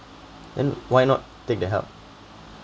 then why not take the help